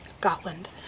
Gotland